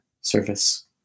service